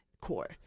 core